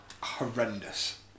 horrendous